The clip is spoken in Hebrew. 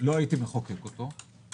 לא הייתי מחוקק אותו.